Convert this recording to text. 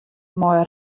mei